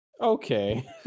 Okay